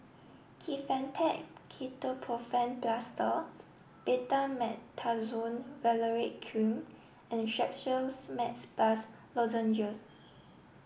Kefentech Ketoprofen Plaster Betamethasone Valerate Cream and Strepsils Max Plus Lozenges